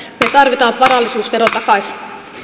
me tarvitsemme varallisuusveron takaisin